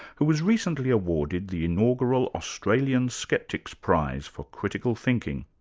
who was recently awarded the inaugural australian skeptics prize for critical thinking.